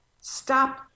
stop